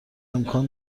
امکان